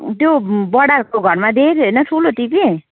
त्यो बढाहरूको घरमा देखेको थियो होइन ठुलो टिभी